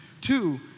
two